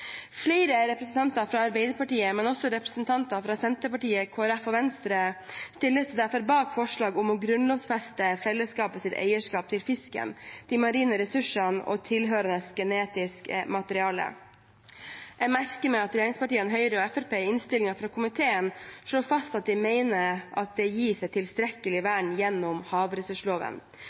Flere representanter fra Arbeiderpartiet, og også representanter fra Senterpartiet, Kristelig Folkeparti og Venstre, stiller seg derfor bak forslag om å grunnlovfeste fellesskapets eierskap til fisken, de marine ressursene og tilhørende genetisk materiale. Jeg merker meg at regjeringspartiene Høyre og Fremskrittspartiet i innstillingen fra komiteen slår fast at de mener det gis et tilstrekkelig vern gjennom havressursloven.